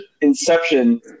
Inception